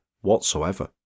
whatsoever